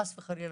חס וחלילה,